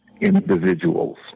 individuals